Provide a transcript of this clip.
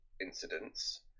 incidents